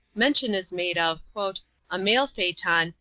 mention is made of a mail phaeton,